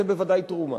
זה בוודאי תרומה.